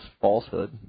falsehood